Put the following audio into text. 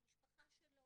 המשפחה שלו,